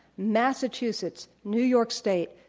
massachusetts, new york state,